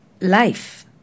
life